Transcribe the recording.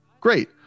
Great